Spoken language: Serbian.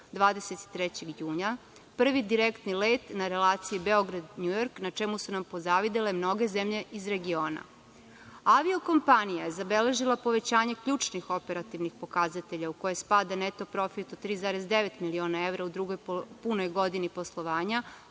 23. juna, prvi direktni let na relaciji Beograd – Njujork na čemu su nam pozavidele mnoge zemlje iz regiona. Avio kompanija zabeležila je povećanje ključnih operativnih pokazatelja u koje spada neto profit od 3,9 miliona evra u drugoj punoj godini poslovanja,